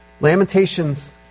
Lamentations